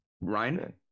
Ryan